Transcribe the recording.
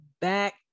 back